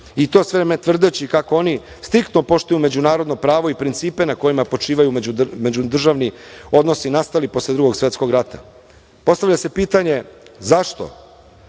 i to sve vreme tvrdeći kako oni striktno poštuju međunarodno pravo i principe na kojima počivaju međudržavni odnosi, nastali posle Drugog svetskog rata. Postavlja se pitanje - zašto?